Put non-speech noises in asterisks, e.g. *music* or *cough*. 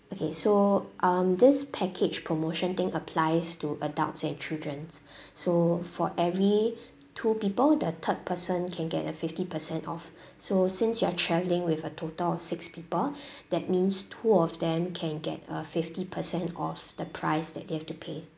okay so um this package promotion thing applies to adults and children's so for every two people the third person can get a fifty percent off *breath* so since you are travelling with a total of six people that means two of them can get a fifty percent off the price that they have to pay